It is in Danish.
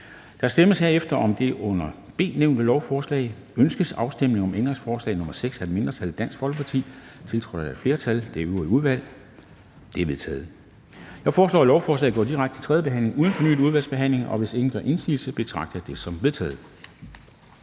for visse udenlandske kulbrinteskattepligtige).]: Ønskes afstemning om ændringsforslag nr. 6 af et mindretal (DF), tiltrådt af et flertal (det øvrige udvalg)? Det er vedtaget. Jeg foreslår, at lovforslaget går direkte til tredje behandling uden fornyet udvalgsbehandling, og hvis ingen gør indsigelse, betragter jeg det som vedtaget.